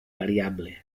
variable